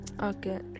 Okay